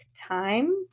time